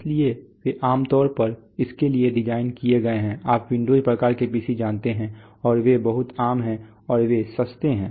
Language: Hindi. इसलिए वे आम तौर पर इसके लिए डिज़ाइन किए गए हैं आप विंडोज़ प्रकार के पीसी जानते हैं और वे बहुत आम हैं और वे सस्ते हैं